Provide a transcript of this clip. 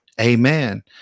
Amen